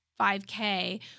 5K